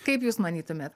kaip jūs manytumėt